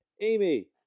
Amy